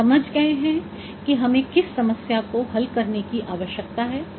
हम समझ गए हैं कि हमें किस समस्या को हल करने की आवश्यकता है